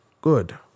good